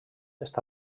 està